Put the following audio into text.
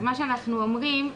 אז מה שאנחנו אומרים,